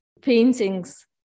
paintings